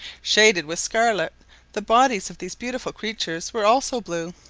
shaded with scarlet the bodies of these beautiful creatures were also blue.